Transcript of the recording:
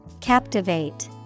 Captivate